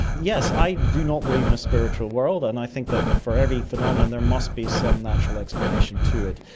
yes, i do not believe in a spiritual world, and i think that for every phenomenon there must be some natural explanation to it.